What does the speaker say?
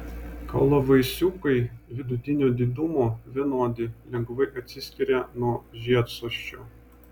kaulavaisiukai vidutinio didumo vienodi lengvai atsiskiria nuo žiedsosčio